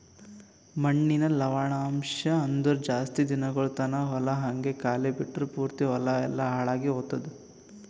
ಮಣ್ಣಿನ ಲವಣಾಂಶ ಅಂದುರ್ ಜಾಸ್ತಿ ದಿನಗೊಳ್ ತಾನ ಹೊಲ ಹಂಗೆ ಖಾಲಿ ಬಿಟ್ಟುರ್ ಪೂರ್ತಿ ಹೊಲ ಎಲ್ಲಾ ಹಾಳಾಗಿ ಹೊತ್ತುದ್